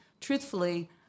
truthfully